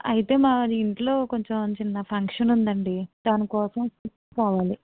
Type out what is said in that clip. అయితే మాది ఇంట్లో కొంచెం చిన్న ఫంక్షన్ ఉందండి దాని కోసం స్వీట్స్ కావాలి